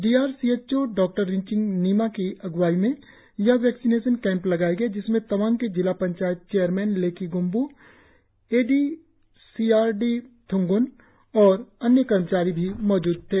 D R C S O doctor Rinchin Nima की अग़वाई में यह वैक्सीनेशन कैंप लगाया गया जिसमें तवांग के जिला panchayat chairman Leki Gombu A D C R D Thungon और अन्य कर्मचारी भी मौजूद थे